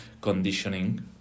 conditioning